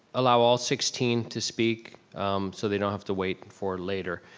allow all sixteen to speak so they don't have to wait and for later.